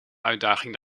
uitdaging